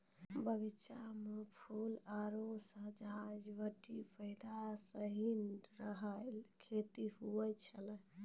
बगीचा मे फूल आरु सजावटी पौधा सनी रो खेती हुवै छै